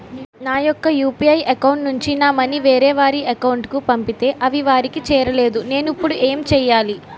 నా యెక్క UPI account నుంచి నా మనీ వేరే వారి అకౌంట్ కు పంపితే అవి వారికి చేరలేదు నేను ఇప్పుడు ఎమ్ చేయాలి?